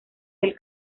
del